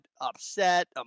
upset